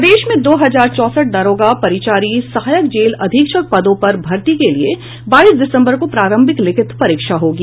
प्रदेश में दो हजार चौंसठ दारोगा परिचारी सहायक जेल अधीक्षक पदों पर भर्ती के लिये बाईस दिसम्बर को प्रारंभिक लिखित परीक्षा होगी